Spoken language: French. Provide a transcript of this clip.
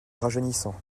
rajeunissant